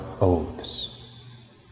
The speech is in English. oaths